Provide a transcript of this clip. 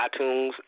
iTunes